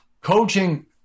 coaching –